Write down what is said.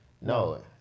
No